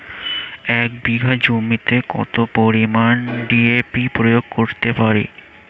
এক বিঘা জমিতে কত পরিমান ডি.এ.পি প্রয়োগ করতে পারি?